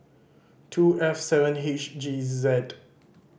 two F seven H G Z